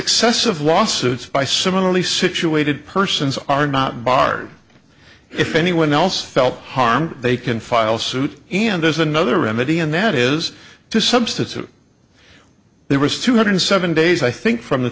successive lawsuits by similarly situated persons are not barred if anyone else felt harmed they can file suit and there's another remedy and that is to substitute there was two hundred seven days i think from the